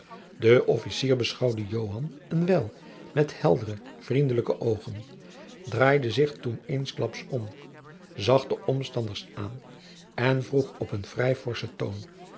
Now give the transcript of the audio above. de officier beschouwde joan een wijl met heldere vriendelijke oogen draaide zich toen eensklaps om zag de omstanders aan en vroeg op een vrij forschen toon